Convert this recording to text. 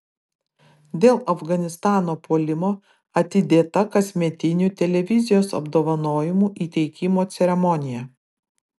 dėl afganistano puolimo atidėta kasmetinių televizijos apdovanojimų įteikimo ceremonija